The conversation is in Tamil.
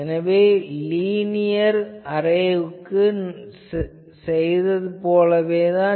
எனவே நாம் லீனியர் அரேவுக்கு செய்தது போலத்தான்